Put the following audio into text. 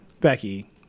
Becky